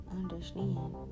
understand